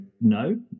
no